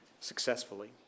successfully